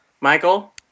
michael